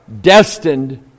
destined